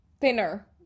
thinner